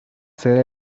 sede